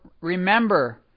remember